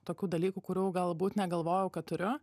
tokių dalykų kurių galbūt negalvojau kad turiu